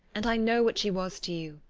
and i know what she was to you,